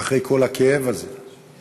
ואחרי כל הכאב הזה והאצילות,